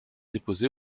déposé